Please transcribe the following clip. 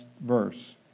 verse